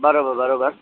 बराबरि बराबरि